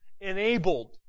enabled